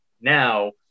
now